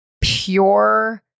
pure